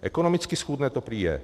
Ekonomicky schůdné to prý je.